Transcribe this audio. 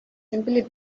simply